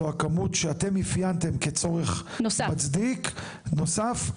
זו הכמות שאתם אפיינתם כצורך מצדיק נוסף?